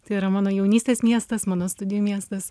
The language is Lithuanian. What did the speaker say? tai yra mano jaunystės miestas mano studijų miestas